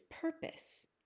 purpose